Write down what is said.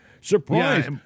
Surprise